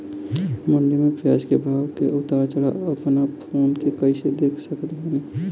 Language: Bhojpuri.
मंडी मे प्याज के भाव के उतार चढ़ाव अपना फोन से कइसे देख सकत बानी?